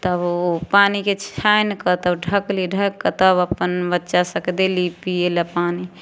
तब ओ पानिके छानिकऽ तब ढकली ढकिकऽ तब अपन बच्चासभकेँ देली पिएलए पानी